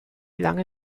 lange